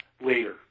later